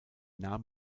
nahm